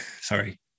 Sorry